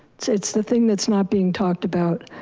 it's it's the thing that's not being talked about.